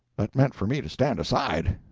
that meant for me to stand aside.